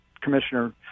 commissioner